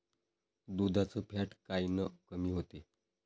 दुधाचं फॅट कायनं कमी होते?